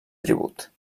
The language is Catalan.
tribut